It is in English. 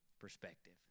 Perspective